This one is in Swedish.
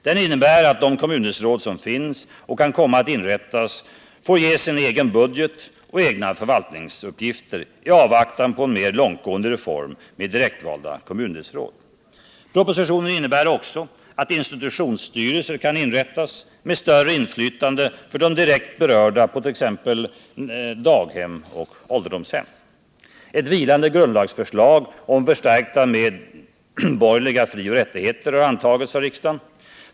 Den innebär att de kommundelsråd som finns och kan komma att inrättas får ges en egen budget och egna förvaltningsuppgifter i avvaktan på en mer långtgående reform med direktvalda kommundelsråd. Propositionen innebär också att institutionsstyrelser kan inrättas, med större inflytande för de direkt berörda på t.ex. daghem eller ålderdomshem. Ett vilande grundlagsförslag om förstärkta medborgerliga frioch rättigheter har antagits av riksdagen.